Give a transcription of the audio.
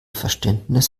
verständnis